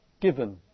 given